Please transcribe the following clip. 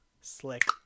Slick